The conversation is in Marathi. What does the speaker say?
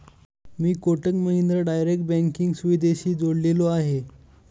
मी कोटक महिंद्रा डायरेक्ट बँकिंग सुविधेशी जोडलेलो आहे?